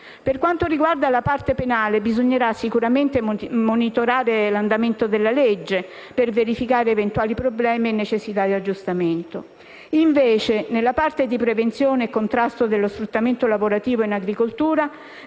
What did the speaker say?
Per quanto riguarda la parte penale, bisognerà sicuramente monitorare l'andamento della legge per verificare eventuali problemi e necessità di aggiustamento. Invece, nella parte di prevenzione e contrasto dello sfruttamento lavorativo in agricoltura,